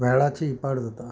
वेळाची इबाड जाता